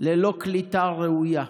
ללא קליטה ראויה,